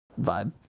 vibe